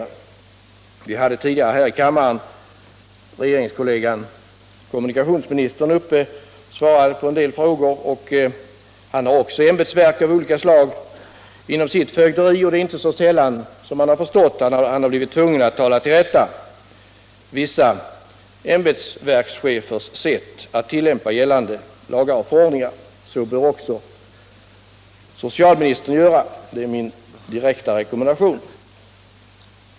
För en stund sedan svarade herr Asplings regeringskollega kommunikationsministern på en del frågor. Han har också att göra med ämbetsverk av olika slag inom sitt fögderi, och jag har förstått att det är inte så sällan som han varit tvungen att tala vissa ämbetsverkschefer till rätta när det gäller deras sätt att tillämpa gällande lagar och förordningar. Så bör också socialministern göra — det är min direkta rekommendation.